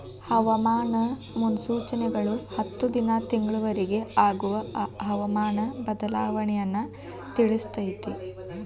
ಹವಾಮಾನ ಮುನ್ಸೂಚನೆಗಳು ಹತ್ತು ದಿನಾ ತಿಂಗಳ ವರಿಗೆ ಆಗುವ ಹವಾಮಾನ ಬದಲಾವಣೆಯನ್ನಾ ತಿಳ್ಸಿತೈತಿ